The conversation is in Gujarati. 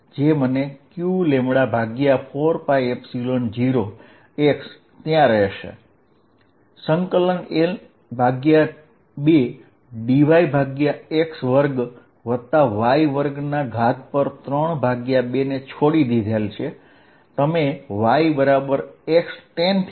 જો તમે yx tan લો તો dyx sec2 d થશે